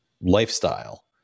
lifestyle